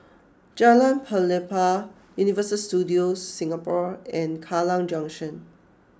Jalan Pelepah Universal Studios Singapore and Kallang Junction